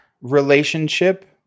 relationship